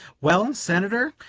well, senator,